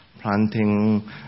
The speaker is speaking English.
Planting